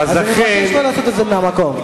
אני מבקש לא לעשות את זה מהמקום.